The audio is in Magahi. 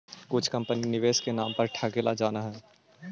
कुछ कंपनी निवेश के नाम पर ठगेला जानऽ हइ